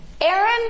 Aaron